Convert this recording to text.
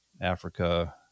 Africa